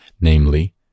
namely